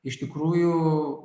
iš tikrųjų